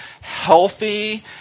healthy